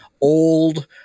old